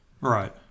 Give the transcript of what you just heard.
Right